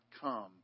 come